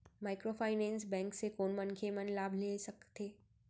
Microfinance bank से कोन मनखे मन लाभ ले सकथे?